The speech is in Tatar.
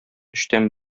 өчтән